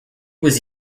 was